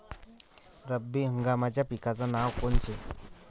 रब्बी हंगामाच्या पिकाचे नावं कोनचे?